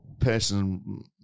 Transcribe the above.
person